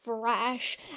fresh